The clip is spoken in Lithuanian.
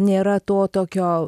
nėra to tokio